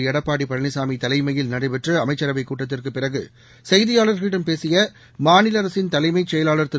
எடப்பாடி பழனிசாமி தலைமையில் நடைபெற்ற அமைச்சரவைக் கூட்டத்திற்கு செய்தியாளர்களிடம் பேசிய மாநில அரசின் தலைமைச் செயலாளர் திரு